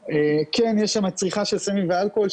כן יש שם צריכה של סמים ואלכוהול,